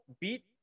beat